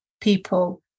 people